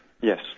Yes